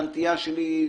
שהנטייה שלי,